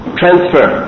transfer